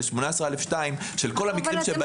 18א2 של כל המקרים.